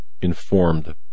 informed